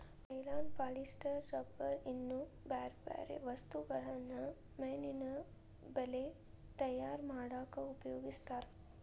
nylon polyester rubber ಇನ್ನೂ ಬ್ಯಾರ್ಬ್ಯಾರೇ ವಸ್ತುಗಳನ್ನ ಮೇನಿನ ಬಲೇ ತಯಾರ್ ಮಾಡಕ್ ಉಪಯೋಗಸ್ತಾರ